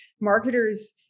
Marketers